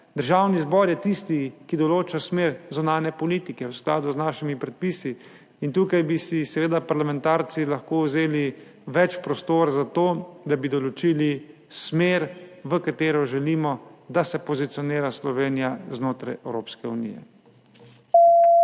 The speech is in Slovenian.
Državni zbor tisti, ki določa smer zunanje politike v skladu z našimi predpisi in tukaj bi si seveda parlamentarci lahko vzeli več prostora za to, da bi določili smer, v katero želimo, da se pozicionira Slovenija znotraj Evropske unije.